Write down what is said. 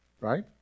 Right